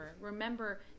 remember